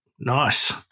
Nice